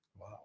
Wow